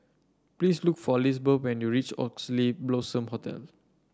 please look for Lizbeth when you reach Oxley Blossom Hotel